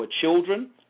children